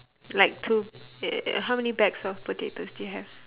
like two uh how many bags of potatoes do you have